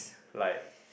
like